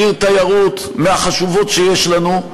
עיר תיירות מהחשובות שיש לנו,